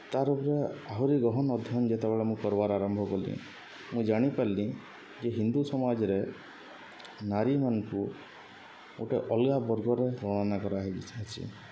ତା'ର୍ ଉପ୍ରେ ଆହୁରି ଗହନ୍ ଅଧ୍ୟୟନ୍ ଯେତେବେଳେ ମୁଁ କର୍ବାର୍ ଆରମ୍ଭ କଲି ମୁଇଁ ଜାଣିପାର୍ଲି ଯେ ହିନ୍ଦୁ ସମାଜ୍ରେ ନାରୀମାନ୍କୁ ଗୁଟେ ଅଲ୍ଗା ବର୍ଗରେ ଗଣନା କରାହେଇଛେ